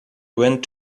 went